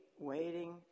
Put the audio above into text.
waiting